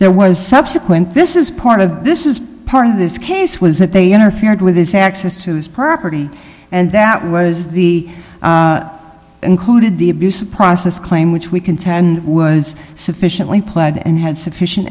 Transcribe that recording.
there was subsequent this is part of this is part of this case was that they interfered with his access to his property and that was the included the abuse of process claim which we contend was sufficiently pled and had sufficient